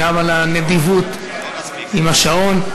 גם על הנדיבות עם השעון.